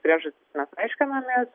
priežastis mes aiškinamės